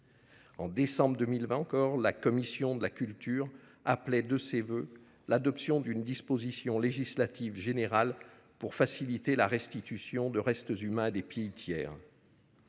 En décembre 2020, la commission de la culture appelait de ses voeux l'adoption d'une disposition législative générale pour faciliter la restitution de restes humains à des pays tiers.